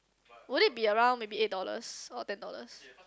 would it be around maybe eight dollars or ten dollars